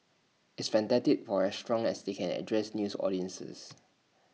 it's fantastic for restaurants as they can address news audiences